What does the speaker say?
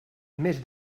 més